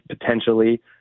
potentially